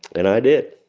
and i did.